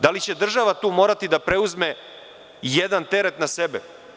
Da li će tu država morati da preuzme jedan teret na sebe?